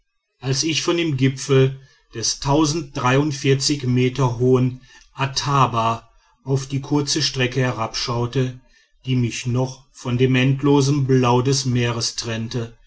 als ich von dem gipfel des meter hohen attaba auf die kurze strecke herabschaute die mich noch von dem endlosen blau des meeres trennte